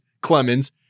Clemens